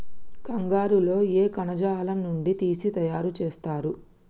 కంగారు లో ఏ కణజాలం నుండి తీసి తయారు చేస్తారు?